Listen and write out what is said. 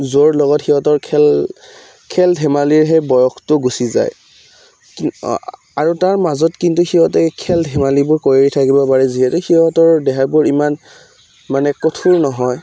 যাৰ লগত সিহঁতৰ খেল খেল ধেমালিৰ সেই বয়সটো গুচি যায় আৰু তাৰ মাজত কিন্তু সিহঁতে খেল ধেমালিবোৰ কৰি থাকিব পাৰে যিহেতু সিহঁতৰ দেহাবোৰ ইমান মানে কঠোৰ নহয়